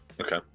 okay